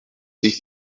sich